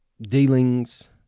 dealings